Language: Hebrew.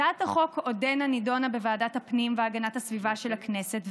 הצעת החוק עודנה נדונה בוועדת הפנים והגנת הסביבה של הכנסת,